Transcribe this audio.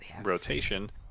rotation